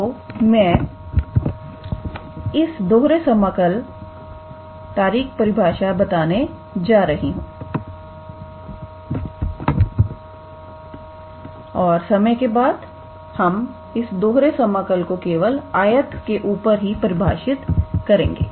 तो मैं इस दोहरे समाकल तारिक परिभाषा बताने जा रहे हैं और समय के लिए हम इस दोहरे समाकल को केवल आयत के ऊपर ही प्रदर्शित करेंगे